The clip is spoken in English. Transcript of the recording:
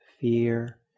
fear